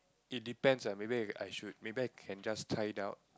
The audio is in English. it depends ah maybe I should maybe I can just try it out